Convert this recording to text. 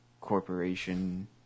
corporation